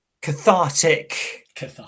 cathartic